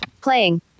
Playing